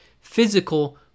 physical